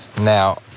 Now